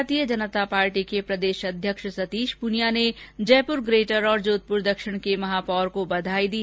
भारतीय जनता पार्टी के प्रदेश अध्यक्ष सतीश पूनिया ने जयपुर ग्रेटर और जोधपुर दक्षिण के महापौर को बधाई दी